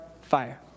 Fire